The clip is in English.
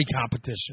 competition